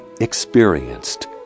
experienced